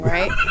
Right